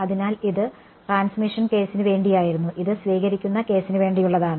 അതിനാൽ ഇത് ട്രാൻസ്മിഷൻ കേസിന് വേണ്ടിയായിരുന്നു ഇത് സ്വീകരിക്കുന്ന കേസിന് വേണ്ടിയുള്ളതാണ്